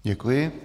Děkuji.